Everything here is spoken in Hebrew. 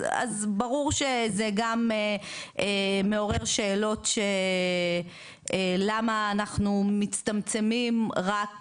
אז ברור שזה גם מעורר שאלות למה אנחנו מצטמצמים רק